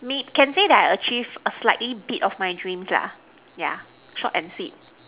may can say that I achieve a slightly bit of my dreams lah yeah short and sweet